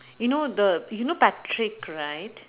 you know the you know patrick right